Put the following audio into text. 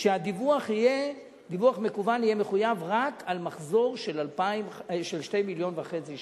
שדיווח מקוון יהיה מחויב רק על מחזור של 2.5 מיליון שקלים,